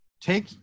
take